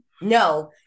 no